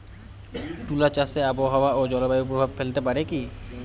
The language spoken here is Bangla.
তুলা চাষে আবহাওয়া ও জলবায়ু প্রভাব ফেলতে পারে কি?